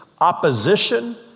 opposition